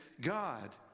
God